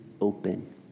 open